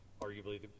arguably